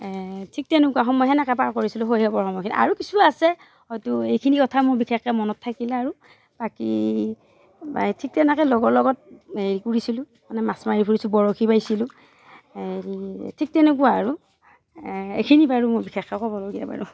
ঠিক তেনেকুৱা সময় সেনেকৈ পাৰ কৰিছিলোঁ শৈশৱৰ সময়খিনি আৰু কিছু আছে হয়তো এইখিনি কথা মোৰ বিশেষকৈ মনত থাকিলে আৰু বাকী ঠিক তেনেকৈ লগৰ লগত হেৰি কৰিছিলো মানে মাছ মাৰি ফুৰিছো বৰশী বাইছিলোঁ হেৰি ঠিক তেনেকুৱা আৰু এইখিনি বাৰু মই বিশেষকৈ ক'বলগীয়া বাৰু